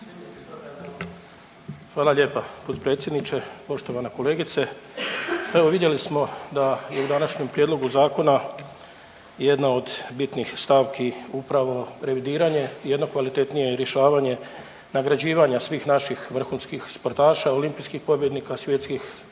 Hvala lijepa potpredsjedniče. Poštovana kolegice, pa evo vidjeli smo da je u današnjem prijedlogu zakona jedna od bitnih stavki upravo revidiranje, jedno kvalitetnije i rješavanje nagrađivanja svih naših vrhunskih sportaša, olimpijskih pobjednika, svjetskih